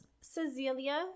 Cecilia